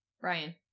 Brian